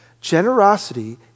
Generosity